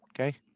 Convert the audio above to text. Okay